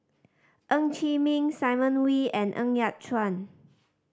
Ng Chee Meng Simon Wee and Ng Yat Chuan